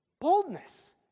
Boldness